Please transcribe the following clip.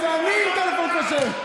אני עם טלפון כשר.